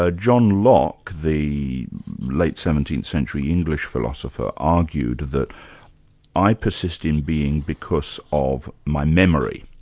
ah john locke, the late seventeenth century english philosopher, argued that i persist in being because of my memory.